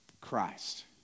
Christ